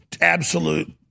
absolute